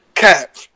Cap